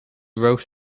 wrote